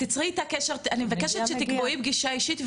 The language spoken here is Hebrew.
אני מבקשת שתיצרי איתה קשר ותקבעי פגישה אישית,